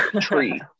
tree